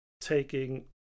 taking